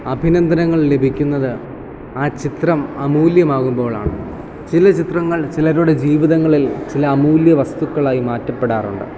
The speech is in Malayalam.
അഭിനന്ദനങ്ങൾ ലഭിക്കുന്നത് ആ ചിത്രം അമൂല്യമാകുമ്പോഴാണ് ചില ചിത്രങ്ങൾ ചിലരുടെ ജീവിതങ്ങളിൽ ചില അമൂല്യ വസ്തുക്കളായി മാറ്റപ്പെടാറുണ്ട്